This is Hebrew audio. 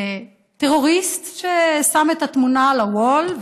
טרוריסט ששם את התמונה על ה-wall,